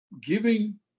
giving